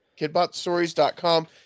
KidbotStories.com